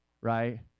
right